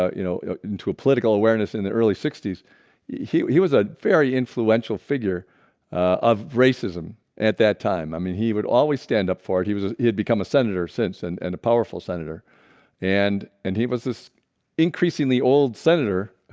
you know into a political awareness in the early sixty s he he was a very influential figure of racism at that time. i mean, he would always stand up for it he was was he had become a senator since and and a powerful senator and and he was this increasingly old senator,